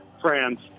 France